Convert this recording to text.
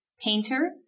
painter